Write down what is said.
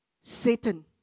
Satan